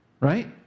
right